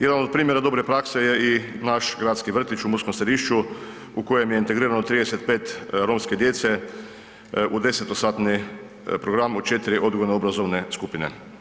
Jedan od primjera dobre prakse je i naš gradski vrtić u Murskom Središću u kojem je integrirano 35 romske djece u desetosatni program u četiri odgojno obrazovne skupine.